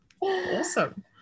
awesome